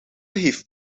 heeft